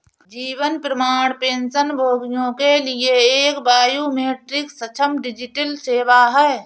जीवन प्रमाण पेंशनभोगियों के लिए एक बायोमेट्रिक सक्षम डिजिटल सेवा है